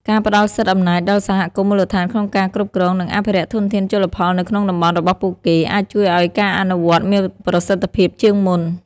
ការផ្ដល់សិទ្ធិអំណាចដល់សហគមន៍មូលដ្ឋានក្នុងការគ្រប់គ្រង និងអភិរក្សធនធានជលផលនៅក្នុងតំបន់របស់ពួកគេ អាចជួយឱ្យការអនុវត្តមានប្រសិទ្ធភាពជាងមុន។